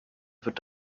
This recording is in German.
wird